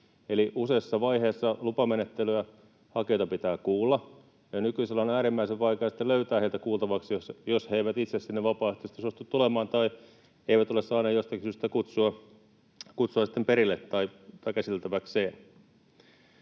Useassa vaiheessa lupamenettelyä hakijoita pitää kuulla, ja nykyisellään on äärimmäisen vaikea löytää heitä kuultavaksi, jos he eivät itse sinne vapaaehtoisesti suostu tulemaan tai eivät ole jostakin syystä saaneet kutsua sitten perille tai käsiteltäväkseen.